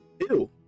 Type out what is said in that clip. Ew